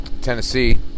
Tennessee